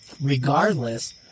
regardless